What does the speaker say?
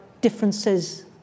differences